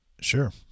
Sure